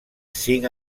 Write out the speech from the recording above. cinc